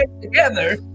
together